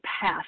path